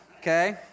Okay